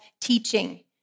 teaching